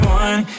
one